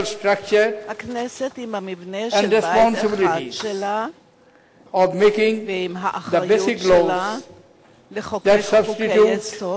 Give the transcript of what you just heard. עם המבנה של בית אחד שלה ועם האחריות שלה לחוקק חוקי-יסוד